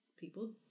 People